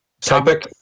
Topic